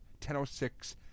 1006